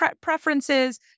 preferences